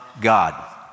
God